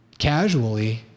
casually